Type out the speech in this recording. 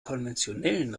konventionellen